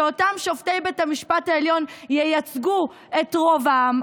שאותם שופטי בית המשפט העליון ייצגו את רוב העם.